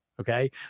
Okay